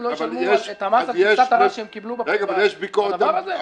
לא ישלמו את המס על כבשת הרש שהם קיבלו בדבר הזה?